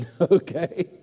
Okay